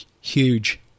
Huge